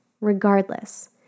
regardless